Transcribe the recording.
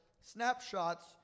Snapshots